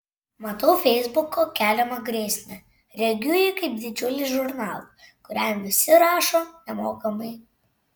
matau feisbuko keliamą grėsmę regiu jį kaip didžiulį žurnalą kuriam visi rašo nemokamai